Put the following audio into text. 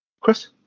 Chris